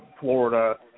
Florida